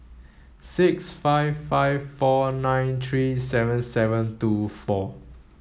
six five five four nine three seven seven two four